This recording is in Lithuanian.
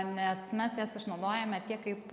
nes mes jas išnaudojame tiek kaip